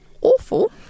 awful